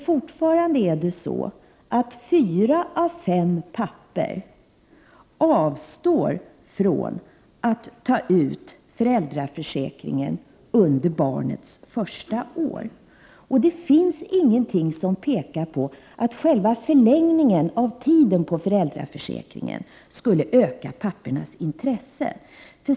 Fortfarande avstår fyra pappor av fem från att ta ut föräldraförsäkringen under barnets första år. Det finns ingenting som pekar på att själva förlängningen av tiden på föräldraförsäkringen skulle öka pappornas intresse.